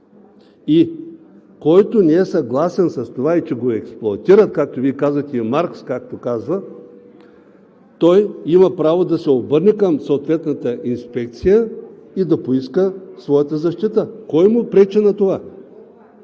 Който не е съгласен с това и че го експлоатират, както Вие казвате и Маркс както казва, той има право да се обърне към съответната инспекция и да поиска своята защита. Кой му пречи на това?